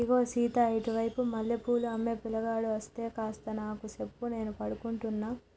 ఇగో సీత ఇటు వైపు మల్లె పూలు అమ్మే పిలగాడు అస్తే కాస్త నాకు సెప్పు నేను పడుకుంటున్న